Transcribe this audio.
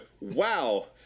wow